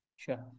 Sure